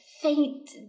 faint